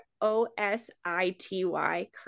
O-S-I-T-Y